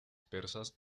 persas